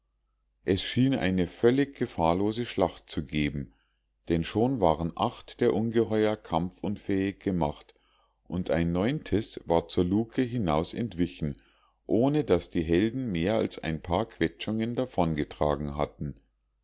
es schien eine völlig gefahrlose schlacht zu geben denn schon waren acht der ungeheuer kampfunfähig gemacht und ein neuntes war zur lucke hinaus entwichen ohne daß die helden mehr als ein paar quetschungen davongetragen hatten